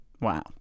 wow